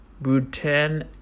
Bhutan